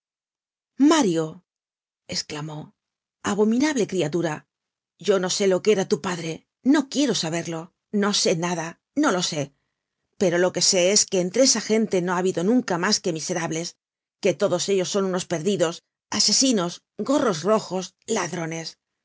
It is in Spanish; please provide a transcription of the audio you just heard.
mario esclamó abominable criatura yo no sé lo que era tu padre no quiero saberlo no sé nada no lo sé pero lo que sé es que entre esa gente no ha habido nunca mas que miserables que todos ellos son unos perdidos asesinos gorros rojos ladrones